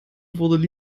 wurden